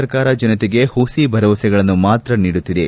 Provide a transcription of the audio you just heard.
ಸರ್ಕಾರ ಜನತೆಗೆ ಹುಸಿ ಭರವಸೆಗಳನ್ನು ಮಾತ್ರ ನೀಡುತ್ತಿದೆ